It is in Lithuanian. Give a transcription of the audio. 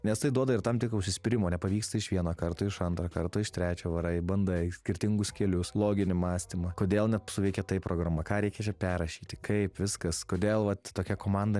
nes tai duoda ir tam tikro užsispyrimo nepavyksta iš vieno karto iš antro karto iš trečio varai bandai skirtingus kelius loginį mąstymą kodėl nesuveikė taip programa ką reikia čia perrašyti kaip viskas kodėl vat tokia komanda